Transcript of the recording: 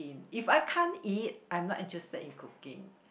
if I can't eat I'm not interested in cooking